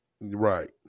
Right